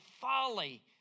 folly